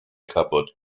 kaputt